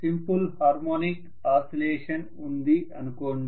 simple harmonic oscillation ఉంది అనుకోండి